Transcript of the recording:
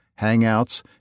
Hangouts